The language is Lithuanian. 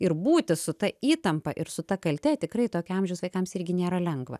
ir būti su ta įtampa ir su ta kalte tikrai tokio amžiaus vaikams irgi nėra lengva